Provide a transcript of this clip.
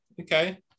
Okay